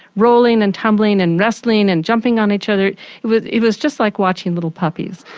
rolling and tumbling and wrestling and jumping on each other it was it was just like watching little puppies.